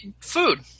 food